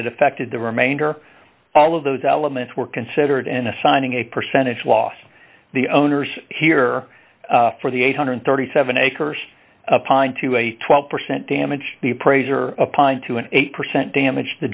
it affected the remainder all of those elements were considered and assigning a percentage loss the owners here for the eight hundred and thirty seven acres a pine to a twelve percent damage the appraiser applying to an eight percent damage the